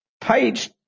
page